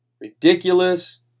ridiculous